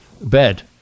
bed